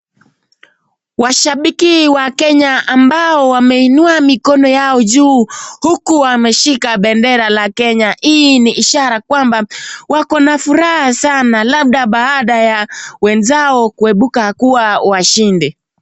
Washabiki wa Kenya ambao wameinua mikono yao juu huku wameshika bendera la Kenya. Hii ni ishara kwamba wako na furaha sana labda baada ya wenzao kuepuka kuwa washindi.